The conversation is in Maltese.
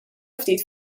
ftit